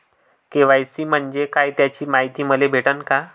KYC म्हंजे काय त्याची मायती मले भेटन का?